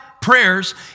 prayers